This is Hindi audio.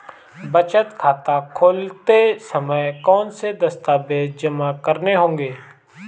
बचत खाता खोलते समय कौनसे दस्तावेज़ जमा करने होंगे?